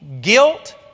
guilt